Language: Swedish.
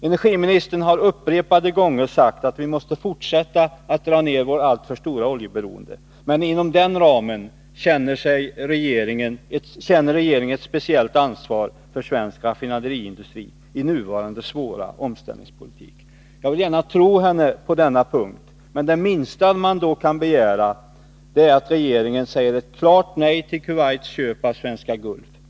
Energiministern har upprepade gånger sagt att vi måste fortsätta att dra ner vårt alltför stora oljeberoende, men inom den ramen känner regeringen ett speciellt ansvar för svensk raffinaderiindustri i nuvarande svåra omställningsperiod. Jag vill gärna tro energiministern på denna punkt, men det minsta man då kan begära är att regeringen säger ett klart nej till Kuwaits köp av Svenska Gulf.